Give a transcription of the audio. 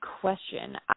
question